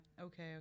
Okay